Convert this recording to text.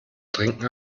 trinken